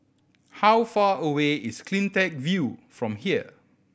how far away is Cleantech View from here